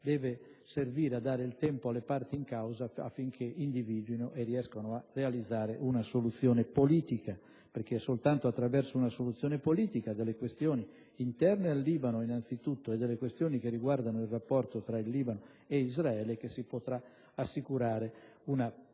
deve servire a dare il tempo alle parti in causa affinché individuino e riescano a realizzare una soluzione politica, perché soltanto attraverso una soluzione politica delle questioni interne al Libano anzitutto e di quelle che riguardano il rapporto tra Libano e Israele si potrà assicurare un periodo